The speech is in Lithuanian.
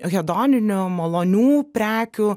hedoninių malonių prekių